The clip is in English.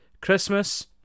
Christmas